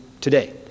today